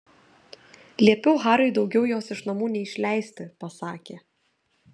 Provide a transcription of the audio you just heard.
liepiau hariui daugiau jos iš namų neišleisti pasakė